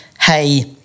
hey